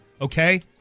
Okay